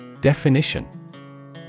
Definition